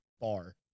bar